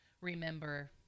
remember